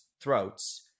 throats